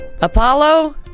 Apollo